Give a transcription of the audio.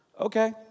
Okay